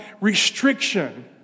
restriction